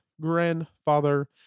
grandfather